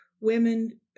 women